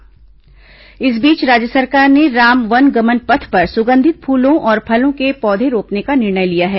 राम वनगमन पथ इस बीच राज्य सरकार ने राम वनगमन पथ पर सुगंधित फूलों और फलों के पौधे रोपने का निर्णय लिया है